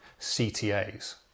CTAs